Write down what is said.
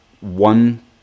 one